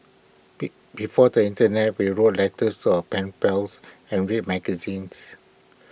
be before the Internet we wrote letters to our pen pals and read magazines